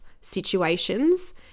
situations